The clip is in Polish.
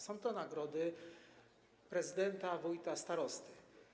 Są to nagrody prezydenta, wójta, starosty.